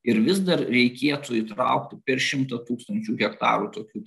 ir vis dar reikėtų įtraukti per šimtą tūkstančių hektarų tokių